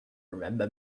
remember